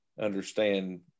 understand